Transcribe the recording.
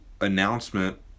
announcement